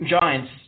giants